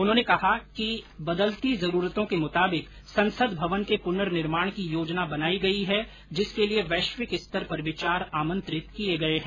उन्होंने कहा कि बदलती जरूरतों के मुताबिक संसद भवन के पुनर्निर्माण की योजना बनाई गई है जिसके लिये वैश्विक स्तर पर विचार आमंत्रित किये गये है